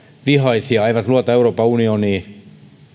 vihaisia eivät luota euroopan unioniin